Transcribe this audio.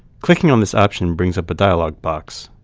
clicking on this option brings up a dialog box.